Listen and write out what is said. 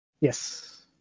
Yes